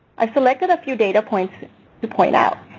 i selected a few data points to point out.